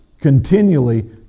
continually